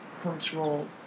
control